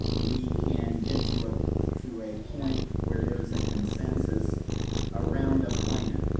we can get to ah to a point where there's a consensus around a plan.